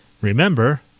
Remember